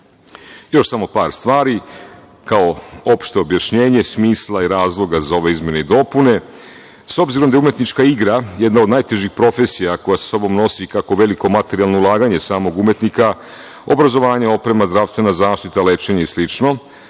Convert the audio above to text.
samo par stvari, kao opšte objašnjenje smisla i razloga za ove izmene i dopune. S obzirom da je umetnička igra jedna od najtežih profesija koja sa sobom nosi kako veliko materijalno ulaganje samog umetnika, obrazovanje, oprema, zdravstvena zaštita, lečenje i